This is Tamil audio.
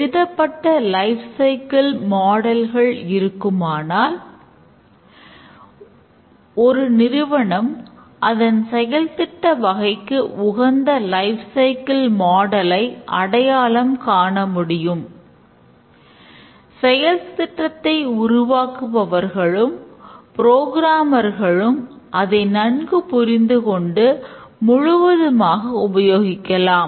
எழுதப்பட்ட லைப் சைக்கிள் மாடல்கள் அதை நன்கு புரிந்து கொண்டு முழுவதுமாக உபயோகிக்கலாம்